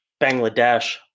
Bangladesh